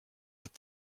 with